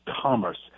commerce